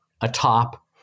atop